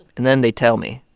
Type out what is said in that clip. and then they tell me